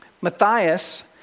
Matthias